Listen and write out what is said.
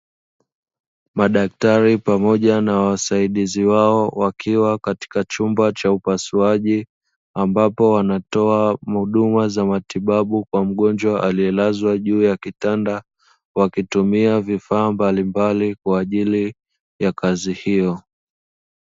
Madaktari pamoja na wasaidizi wao wakiwa katika chumba cha upasuaji ambapo wanatoa huduma za matibabu kwa mgonjwa aliyelazwa juu ya kitanda, wakitumia vifaa mbalimbali kwa ajili ya kazi hiyo.